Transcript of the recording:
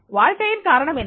வாழ்க்கையின் காரணம் என்ன